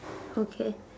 okay